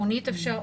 מונית, אפשר.